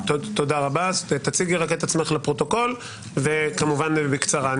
תציגי רק את עצמך לפרוטוקול וכמובן בקצרה.